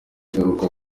ngaruka